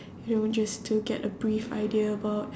you know just to get a brief idea about